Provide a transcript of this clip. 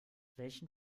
welchen